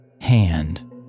hand